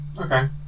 okay